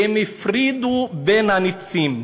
הם הפרידו בין הנצים.